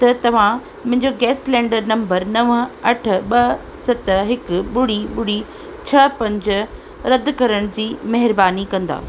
त तव्हां मुंहिंजो गैस सिलैंडर नंबर नव अठ ॿ सत हिकु ॿुड़ी ॿुड़ी छह पंज रध करण जी महिरबानी कंदा